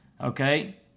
Okay